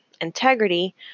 integrity